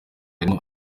harimo